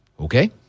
Okay